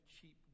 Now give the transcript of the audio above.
cheap